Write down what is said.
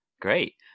Great